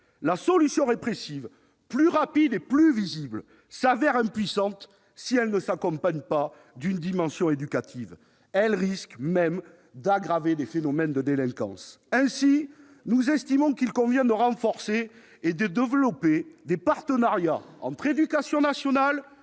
La solution répressive, plus rapide et plus visible, se révèle impuissante si elle ne s'accompagne pas d'une dimension éducative. Elle risque même d'aggraver les phénomènes de délinquance. Nous estimons donc qu'il convient de renforcer et de développer des partenariats entre l'éducation nationale,